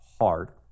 hard